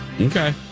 Okay